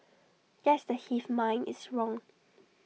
guess the hive mind is wrong